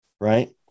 right